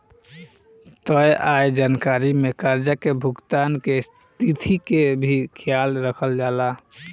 तय आय जानकारी में कर्जा के भुगतान के तिथि के भी ख्याल रखल जाला